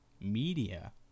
media